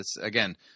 again